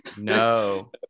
No